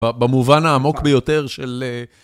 במובן העמוק ביותר של...